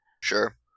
Sure